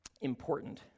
important